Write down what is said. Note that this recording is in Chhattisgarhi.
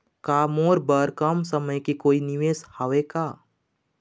का मोर बर कम समय के कोई निवेश हावे का?